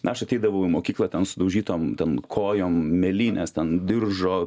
na aš ateidavau į mokyklą ten sudaužytom ten kojom mėlynes ten diržo